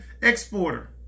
exporter